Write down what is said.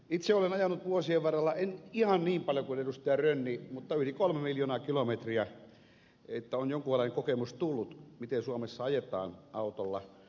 itse olen ajanut vuosien varrella en ihan niin paljon kuin edustaja rönni mutta yli kolme miljoonaa kilometriä joten on jonkunlainen kokemus tullut miten suomessa ajetaan autolla